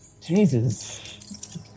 Jesus